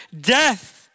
death